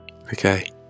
Okay